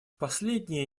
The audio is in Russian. последние